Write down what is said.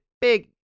big